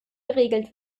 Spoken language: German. geregelt